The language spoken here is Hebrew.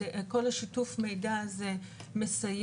כל שיתוף המידע הזה מסייע